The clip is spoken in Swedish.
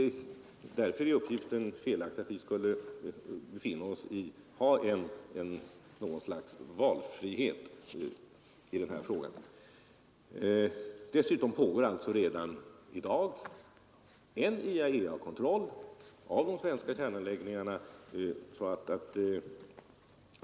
Därför är det en felaktig uppgift att vi skulle ha något slags valfrihet i denna fråga. Dessutom pågår alltså redan i dag en IAEA-kontroll av de svenska kärnanläggningarna.